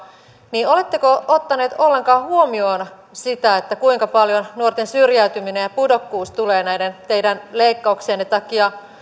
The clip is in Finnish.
niin oletteko ottaneet ollenkaan huomioon sitä kuinka paljon nuorten syrjäytyminen ja pudokkuus tulee näiden teidän leikkauksienne takia